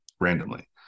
randomly